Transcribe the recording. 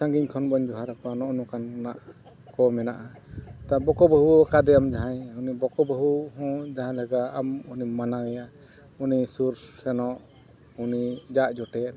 ᱥᱟᱺᱜᱤᱧ ᱠᱷᱚᱱ ᱵᱚᱱ ᱡᱚᱦᱟᱨ ᱟᱠᱚᱣᱟᱜ ᱱᱚᱜᱼᱚ ᱱᱚᱝᱠᱟᱱᱟᱜ ᱠᱚ ᱢᱮᱱᱟᱜᱼᱟ ᱛᱳ ᱵᱟᱠᱚ ᱵᱟᱹᱦᱩ ᱟᱠᱟᱫᱮᱭᱟ ᱡᱟᱦᱟᱸᱭ ᱵᱚᱠᱚ ᱵᱟᱹᱦᱩ ᱦᱚᱸ ᱡᱟᱦᱟᱸ ᱞᱮᱠᱟ ᱟᱢ ᱩᱱᱤᱢ ᱢᱟᱱᱟᱣᱮᱭᱟ ᱩᱱᱤ ᱥᱩᱨ ᱥᱮᱱᱚᱜ ᱩᱱᱤ ᱡᱟᱜᱼᱡᱚᱴᱮᱫ